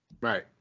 Right